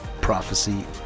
prophecy